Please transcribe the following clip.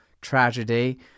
tragedy